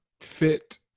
fit